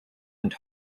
and